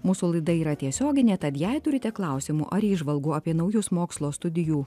mūsų laida yra tiesioginė tad jei turite klausimų ar įžvalgų apie naujus mokslo studijų